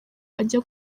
ajya